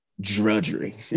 drudgery